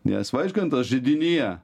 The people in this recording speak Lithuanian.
nes vaižgantas židinyje